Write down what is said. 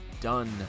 done